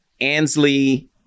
Ansley